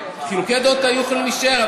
חילוקי הדעות היו יכולים להישאר,